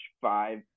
five